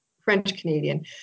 French-Canadian